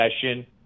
session